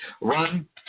run